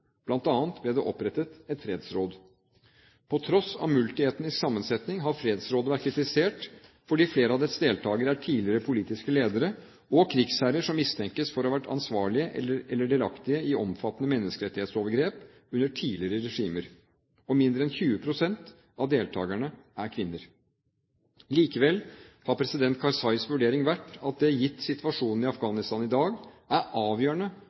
ble det opprettet et fredsråd. På tross av multietnisk sammensetning har fredsrådet vært kritisert, fordi flere av dets deltakere er tidligere politiske ledere og krigsherrer som mistenkes for å ha vært ansvarlig for eller delaktig i omfattende menneskerettighetsovergrep under tidligere regimer, og mindre enn 20 pst. av deltakerne er kvinner. Likevel har president Karzais vurdering vært at det gitt situasjonen i Afghanistan i dag er avgjørende